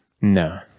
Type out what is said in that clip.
No